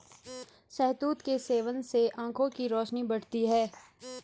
शहतूत के सेवन से आंखों की रोशनी बढ़ती है